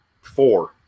four